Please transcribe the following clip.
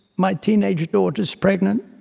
my teenage daughter is pregnant,